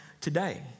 today